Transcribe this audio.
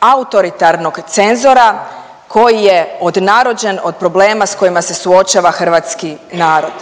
autoritarnog cenzora koji je odnarođen od problema sa kojima se suočava hrvatski narod.